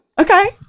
Okay